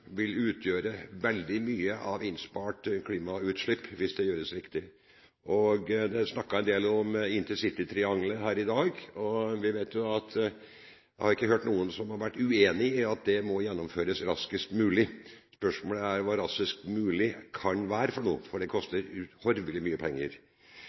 vil utgjøre veldig mye av innspart klimautslipp, hvis det gjøres riktig. Det er snakket en del om intercitytriangelet her i dag. Jeg har ikke hørt noen som har vært uenig i at det må gjennomføres raskest mulig. Spørsmålet er hva raskest mulig kan være for noe, for det